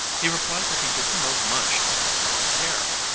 he replied that he didn't know much about bobbed hair.